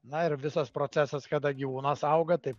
na ir visas procesas kada gyvūnas auga taip